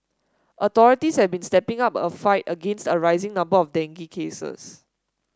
authorities have been stepping up a fight against a rising number of dengue cases